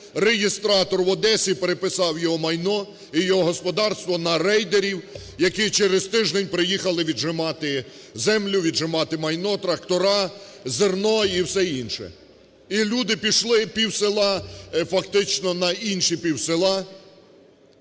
реєстратор в Одесі переписав його майно і його господарство на рейдерів, які через тиждень приїхали віджимати землю, віджимати майно, трактори, зерно і все інше. І люди пішли, півсела фактично на інші півсела